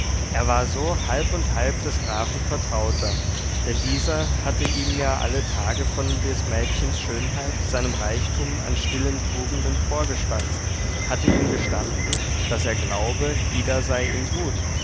er war so halb und halb des grafen vertrauter denn dieser hatte ihm ja alle tage von des mädchens schönheit seinem reichtum an stillen tugenden vorgeschwatzt hatte ihm gestanden daß er glaube ida sei ihm gut